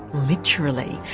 literally?